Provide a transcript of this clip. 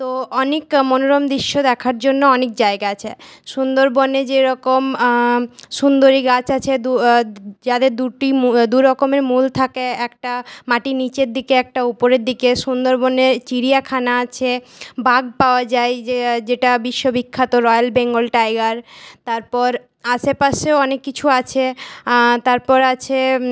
তো অনেক মনোরম দৃশ্য দেখার জন্য অনেক জায়গা আছে সুন্দরবনে যেরকম সুন্দরী গাছ আছে যাদের দুটি দু রকমের মূল থাকে একটা মাটির নিচের দিকে একটা উপরের দিকে সুন্দরবনে চিড়িয়াখানা আছে বাঘ পাওয়া যায় যেটা বিশ্ববিখ্যাত রয়েল বেঙ্গল টাইগার তারপর আশেপাশেও অনেক কিছু আছে তারপর আছে